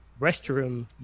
restroom